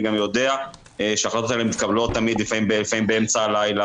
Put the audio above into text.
אני גם יודע, שההחלטות האלה מתקבלות לפעמים באמצע הלילה,